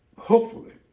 hopefully,